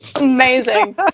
Amazing